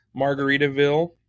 Margaritaville